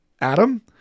Adam